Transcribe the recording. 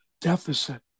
deficit